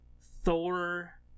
Thor